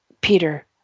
Peter